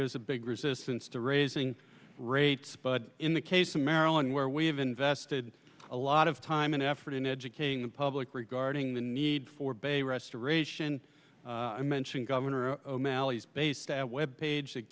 is a big resistance to raising rates but in the case of maryland where we have invested a lot of time and effort in educating the public regarding the need for bay restoration i mentioned governor o'malley's base that web page